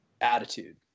attitude